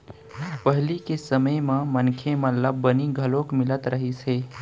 पहिली के समे म मनखे मन ल बनी घलोक मिलत रहिस हे